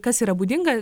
kas yra būdinga